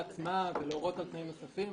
נועה, את עדיין מתעקשת להסביר לו או להסביר לי?